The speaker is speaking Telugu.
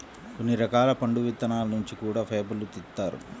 కొన్ని రకాల పండు విత్తనాల నుంచి కూడా ఫైబర్ను తీత్తారు